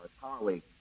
colleagues